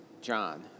John